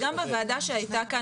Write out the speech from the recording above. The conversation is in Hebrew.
בחוק הפיקוח וגם בוועדה שהייתה כאן,